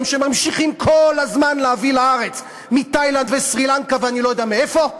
שכל הזמן ממשיכים להביא לארץ מתאילנד ומסרי-לנקה ואני לא יודע מאיפה.